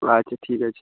আচ্ছা ঠিক আছে